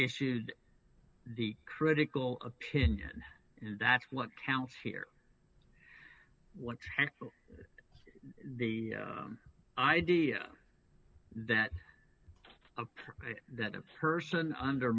issued the critical opinion and that's what counts here what is the idea that that a person under